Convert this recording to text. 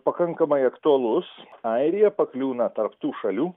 pakankamai aktualus airija pakliūna tarp tų šalių